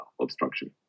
obstruction